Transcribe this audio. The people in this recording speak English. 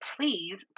Please